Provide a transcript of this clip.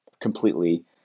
completely